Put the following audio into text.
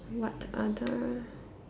what other